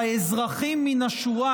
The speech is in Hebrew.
לאזרחים מן השורה,